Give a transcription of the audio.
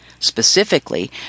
Specifically